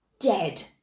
dead